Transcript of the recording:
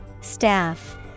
Staff